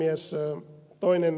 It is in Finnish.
arvoisa puhemies